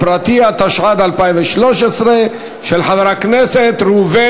בעד, 20 מתנגדים ותשעה